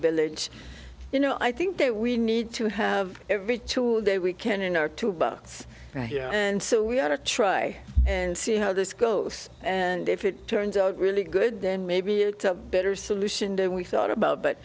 village you know i think that we need to have every tool they we can in our two buckets right here and so we've got to try and see how this goes and if it turns out really good then maybe it's a better solution than we thought about but